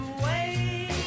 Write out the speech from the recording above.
away